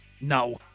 No